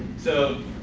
so